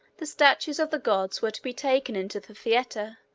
the statues of the gods were to be taken into the theater,